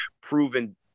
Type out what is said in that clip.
proven